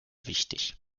wichtig